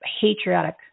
patriotic